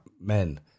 men